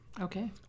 Okay